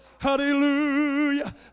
Hallelujah